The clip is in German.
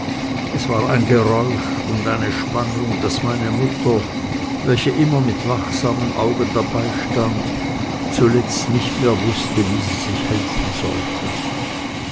es war ein geräusch und eine spannung daß meine mutter welche immer mit wachsamen augen dabei stand zuletzt nicht mehr wußte wie sie sich helfen sollte